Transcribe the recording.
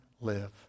live